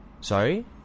Sorry